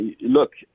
look